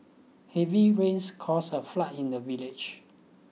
heavy rains caused a flood in the village